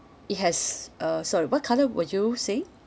it has uh sorry what colour were you saying